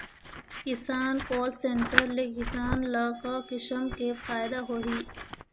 किसान call centre ले किसान ल का किसम के फायदा होही?